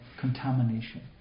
contamination